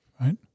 right